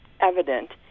evident